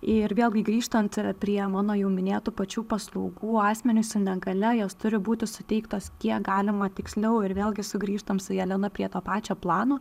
ir vėlgi grįžtant prie mano jau minėtų pačių paslaugų asmenys su negalia jos turi būti suteiktos kiek galima tiksliau ir vėlgi sugrįžtam su jelena prie to pačio plano